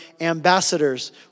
ambassadors